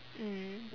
mm